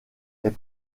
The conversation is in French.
est